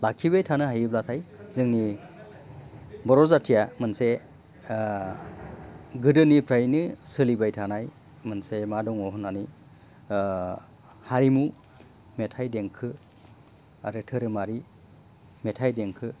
लाखिबाय थानो हायोब्लाथाय जोंनि बर' जाथिया मोनसे गोदोनिफ्रायनो सोलिबाय थानाय मोनसे मा दङ होननानै हारिमु मेथाइ देंखो आरो धोरोमारि मेथाइ देंखो